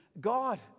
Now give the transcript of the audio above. God